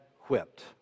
whipped